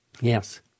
Yes